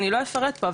אני לא אפרט פה,